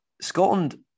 Scotland